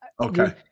Okay